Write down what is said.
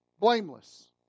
blameless